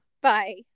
Bye